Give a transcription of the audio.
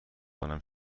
ببخشید